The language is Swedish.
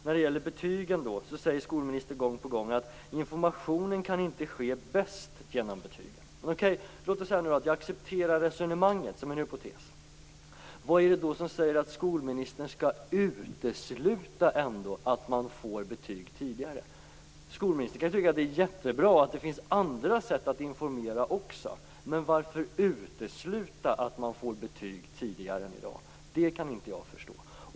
När det gäller betygen säger skolministern gång på gång att informationen inte kan ske bäst genom betygen. Låt oss som en hypotes säga att jag accepterar resonemanget. Vad är det då som säger att skolministern ändå skall utesluta att man får betyg tidigare? Skolministern kan tycka att det är jättebra att det också finns andra sätt att informera. Men varför utesluta att man får betyg tidigare än i dag? Det kan inte jag förstå.